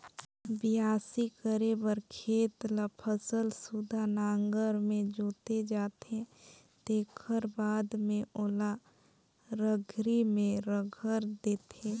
बियासी करे बर खेत ल फसल सुद्धा नांगर में जोते जाथे तेखर बाद में ओला रघरी में रघर देथे